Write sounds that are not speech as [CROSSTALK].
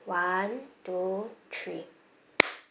one two three [NOISE]